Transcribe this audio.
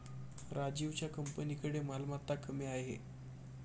राजीवच्या कंपनीकडे मालमत्ता कमी आहे